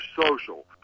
social